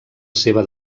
seva